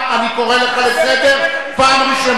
אני קורא לך לסדר פעם ראשונה.